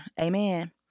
Amen